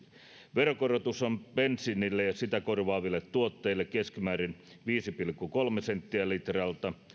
veronkorotus on bensiinille ja sitä korvaaville tuotteille keskimäärin viisi pilkku kolme senttiä litralta